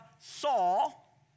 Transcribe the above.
Saul